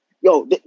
yo